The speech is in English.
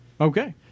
Okay